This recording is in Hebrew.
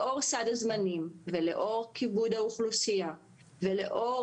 לאור סעד הזמנים ולאור כיבוד האוכלוסייה ולאור